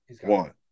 One